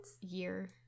Year